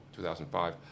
2005